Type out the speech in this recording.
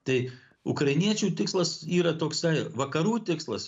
tai ukrainiečių tikslas yra toksai vakarų tikslas